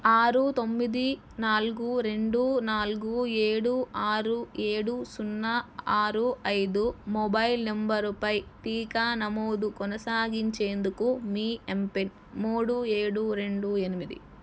ఆరు తొమ్మిది నాలుగు రెండు నాలుగు ఏడు ఆరు ఏడు సున్నా ఆరు ఐదు మొబైల్ నంబరుపై టీకా నమోదు కొనసాగించేందుకు మీ ఎంపిన్ మూడు ఏడు రెండు ఎనిమిది